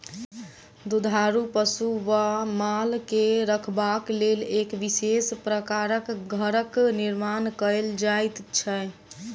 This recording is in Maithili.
दुधारू पशु वा माल के रखबाक लेल एक विशेष प्रकारक घरक निर्माण कयल जाइत छै